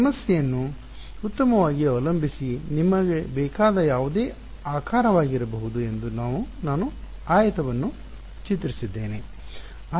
ಸಮಸ್ಯೆಯನ್ನು ಉತ್ತಮವಾಗಿ ಅವಲಂಬಿಸಿ ನಿಮಗೆ ಬೇಕಾದ ಯಾವುದೇ ಆಕಾರವಾಗಿರಬಹುದು ಎಂದು ನಾನು ಆಯತವನ್ನು ಚಿತ್ರಿಸಿದ್ದೇನೆ